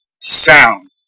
sound